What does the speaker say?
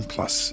Plus